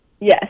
Yes